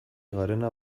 garena